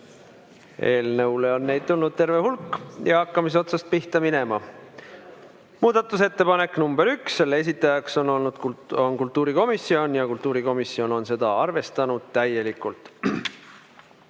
Eelnõu kohta on neid tulnud terve hulk ja hakkame siis otsast pihta minema. Muudatusettepanek nr 1. Selle esitajaks on kultuurikomisjon ja kultuurikomisjon on seda arvestanud täielikult.